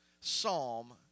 psalm